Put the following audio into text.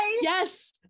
Yes